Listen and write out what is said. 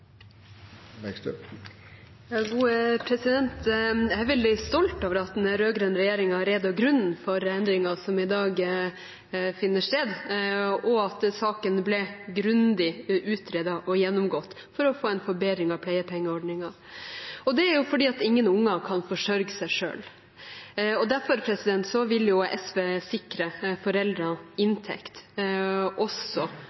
veldig stolt over at den rød-grønne regjeringen beredte grunnen for endringen som i dag finner sted, og at saken ble grundig utredet og gjennomgått for å få en forbedring av pleiepengeordningen. Det er fordi ingen barn kan forsørge seg selv. Derfor vil SV sikre foreldrene